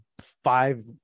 five